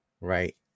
Right